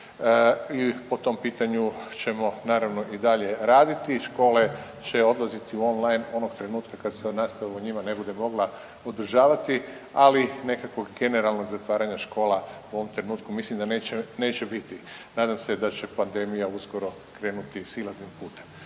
I po tom pitanju ćemo naravno i dalje raditi. Škole će odlaziti on line onog trenutka kada se nastava u njima ne bude mogla održavati, ali nekakvog generalnog zatvaranja škola u ovom trenutku mislim da neće biti. Nadam se da će pandemija uskoro krenuti silaznim putem.